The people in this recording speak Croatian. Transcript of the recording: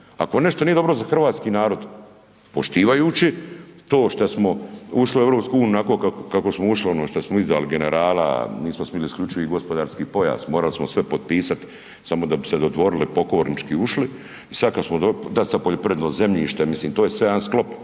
Ako nešto nije dobro za hrvatski narod poštivajući to što smo ušli u EU onako kako smo ušli ono što smo izdali generala, nismo smili isključivi gospodarski pojas, morali smo sve potpisat samo da bi se dodvorili i pokornički ušli i sad kada smo, dat sad poljoprivredno zemljište, mislim to je sve jedan sklop